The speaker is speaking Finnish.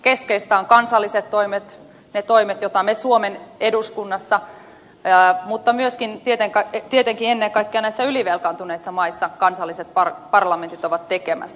keskeisiä ovat kansalliset toimet ne toimet joita olemme niin me suomen eduskunnassa kuin ovat myöskin tietenkin ennen kaikkea näissä ylivelkaantuneissa maissa kansalliset parlamentit tekemässä